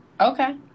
Okay